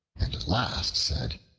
and at last said,